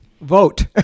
Vote